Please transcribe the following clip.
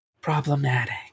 problematic